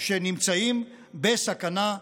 שנמצאים בסכנה,